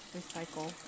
recycle